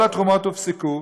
כל התרומות הופסקו,